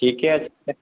ठीके छै